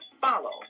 Follow